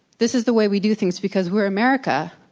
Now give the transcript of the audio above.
this is the way we do things because we're america,